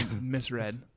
Misread